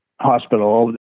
hospital